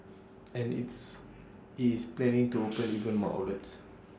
and its IT is planning to open even more outlets